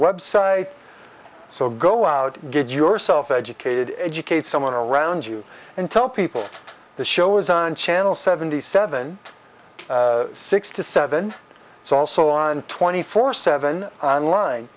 website so go out and get yourself educated educate someone around you and tell people the show is on channel seventy seven sixty seven it's also on twenty four seven on line